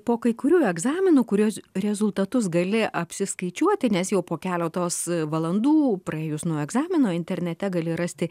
po kai kurių egzaminų kuriuos rezultatus gali apsiskaičiuoti nes jau po keletos valandų praėjus nuo egzamino internete gali rasti